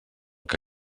que